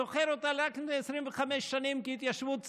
זוכר אותה רק לפני 25 שנים כהתיישבות צעירה.